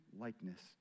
likeness